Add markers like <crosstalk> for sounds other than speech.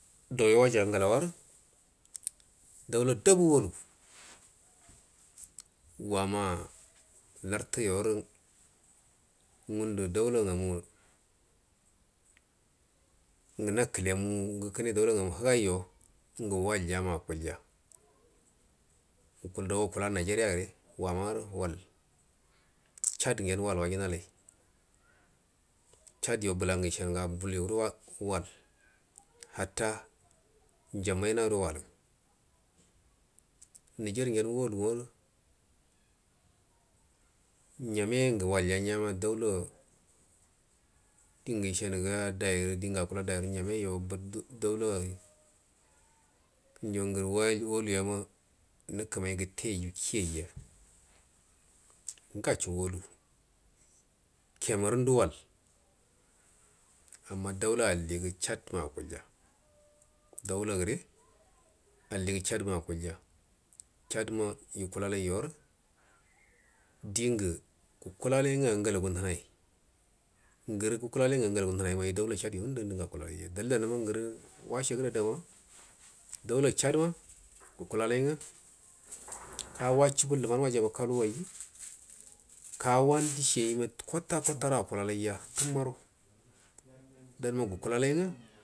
Dauyo waji ngaluwarə daula dabu walu wanaa lartəyorə ngandə daula ngamu ngə ngə nakəlemu ngə kəne daula ngəmu həgaiyo ngə waljama a kulja wama a nageria həgaiyo ngə waljama akulja wamaa nageria gəre chad ngen wal wajənalai chad yo bəla isanəga bul you do wal hata njamaina gədo wala ngiergen waluwarə njamangə walyangiya daula dingə yisanəga dairə njamaiyo daula ngərə waluyama nəkə mai gəteycyu kiyaiya nga cho walu kəmeran do wal amma daula alligə chad ma a ku lyja alli chad ma chad ma ikulai yorə angalagu nənai angalagu nənai ai chad yu ngəndə ma akulja dan dalilan ma ngərə wasa gərə ada ma daula chad ma gu kulalai ngə ka wasəbu ləman wa əlagalu wa iyu kawan disiyai ma <noise> kota kato gədo akulalaiya da mgu kulalai ngə.